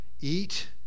eat